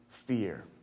Fear